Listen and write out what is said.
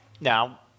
Now